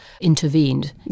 intervened